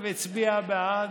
והצביע בעד,